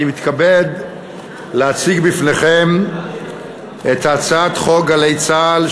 אני מתכבד להציג בפניכם את הצעת חוק גלי צה"ל,